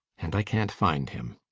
and i can't find him.